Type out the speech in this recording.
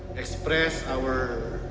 express our